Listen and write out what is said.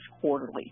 Quarterly